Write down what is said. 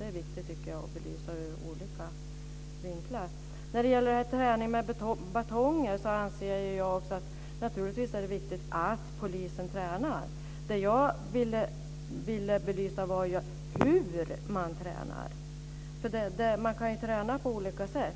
Det är viktigt att belysa detta ur olika vinklar. När det gäller träning med batonger anser jag naturligtvis att det är viktigt att polisen tränar. Det jag ville belysa var hur man tränar. Man kan ju träna på olika sätt.